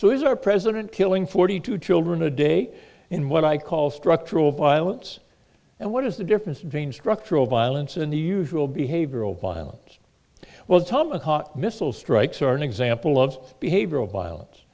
is our president killing forty two children a day in what i call structural violence and what is the difference between structural violence and the usual behavior of violence well the tomahawk missile strikes are an example of behavior of violence